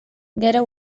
gero